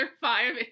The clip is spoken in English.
five